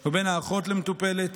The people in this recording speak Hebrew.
או בין האחות למטופלת.